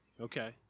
Okay